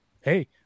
Hey